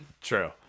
True